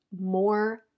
more